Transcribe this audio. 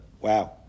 Wow